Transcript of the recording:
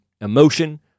emotion